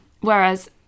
Whereas